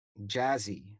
jazzy